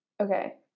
Okay